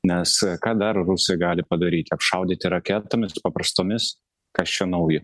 nes ką dar rusai gali padaryti apšaudyti raketomis paprastomis kas čia naujo